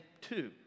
two